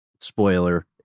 spoiler